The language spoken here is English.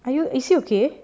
are you is he okay